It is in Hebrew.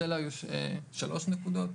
אלה היו שלוש נקודות.